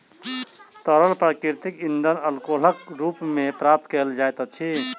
तरल प्राकृतिक इंधन अल्कोहलक रूप मे प्राप्त कयल जाइत अछि